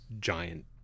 giant